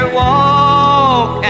walk